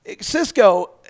Cisco